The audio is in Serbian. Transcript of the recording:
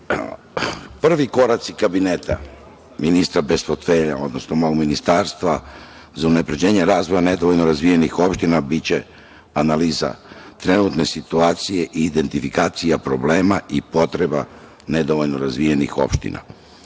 koraci kabinete ministra bez portfelja, odnosno mog ministarstva za unapređenje razvoja nedovoljno razvijenih opština biće analiza trenutne situacije i identifikacija problema i potreba nedovoljno razvijenih opština.